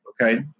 okay